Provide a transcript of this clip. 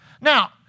Now